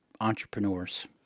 entrepreneurs